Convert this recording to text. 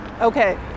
Okay